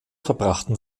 verbrachten